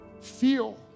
Feel